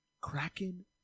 Kraken